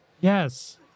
Yes